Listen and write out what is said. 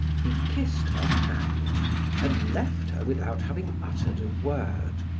he kissed her hand and left her without having uttered a word.